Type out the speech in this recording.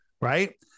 right